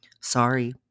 Sorry